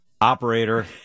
operator